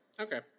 Okay